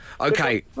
Okay